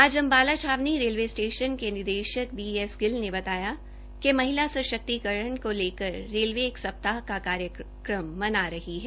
आज अम्बाला छावनी railway station निर्देशक बी एस गिल ने बताया कि महिला सशक्तिकरण को लेकर रेलवे एक सप्ताह का कार्यक्रम मना रही है